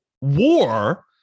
war